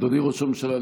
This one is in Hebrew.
אדוני ראש הממשלה,